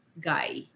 guy